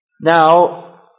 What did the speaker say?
Now